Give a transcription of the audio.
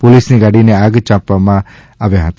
પોલીસની ગાડીને આગ ચાપવામાં આવ્યા હતા